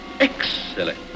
Excellent